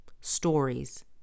stories